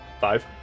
Five